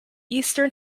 eastern